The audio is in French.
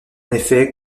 effet